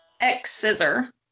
X-Scissor